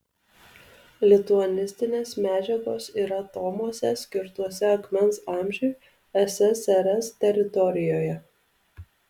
lituanistinės medžiagos yra tomuose skirtuose akmens amžiui ssrs teritorijoje